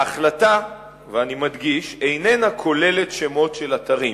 ההחלטה, ואני מדגיש, איננה כוללת שמות של אתרים.